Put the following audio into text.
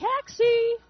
taxi